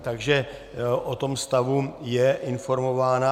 Takže o tom stavu je informována.